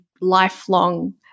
lifelong